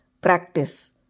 practice